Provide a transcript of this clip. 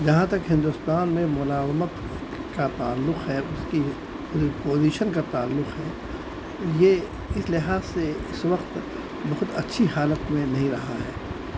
جہاں تک ہندوستان میں ملازمت کا تعلق ہے اس کی پوزیشن کا تعلق ہے یہ اس لحاظ سے اس وقت بہت اچھی حالت میں نہیں رہا ہے